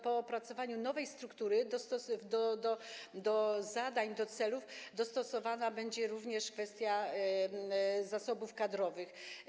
Po opracowaniu nowej struktury do zadań, do celów dostosowana będzie również kwestia zasobów kadrowych.